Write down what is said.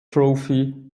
trophy